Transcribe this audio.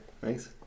Thanks